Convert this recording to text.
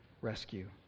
rescue